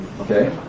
Okay